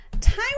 Time